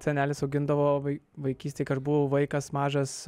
senelis augindavo vai vaikystėj buvau vaikas mažas